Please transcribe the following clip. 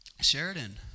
Sheridan